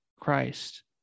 Christ